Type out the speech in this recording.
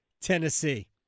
Tennessee